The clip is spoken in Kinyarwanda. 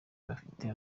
bafite